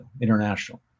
international